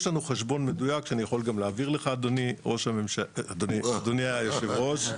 יש לנו גם חשבון מדויק שאני יכול גם להעביר לך אדוני יושב הראש.